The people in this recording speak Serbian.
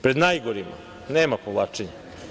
Pred najgorima nema povlačenja.